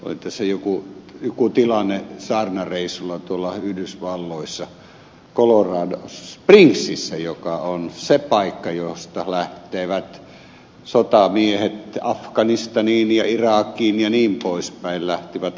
oli tässä joku tilanne saarnareissulla tuolla yhdysvalloissa colorado springsissä joka on se paikka josta lähtivät aikoinansa sotamiehet afganistaniin ja irakiin jnp